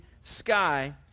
sky